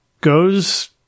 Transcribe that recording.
goes